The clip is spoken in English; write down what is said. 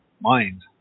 mind